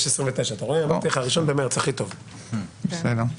ה-1 במרס הכי טוב.